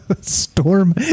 storm